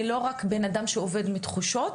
אני לא רק בן אדם שעובד עם תחושות,